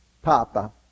Papa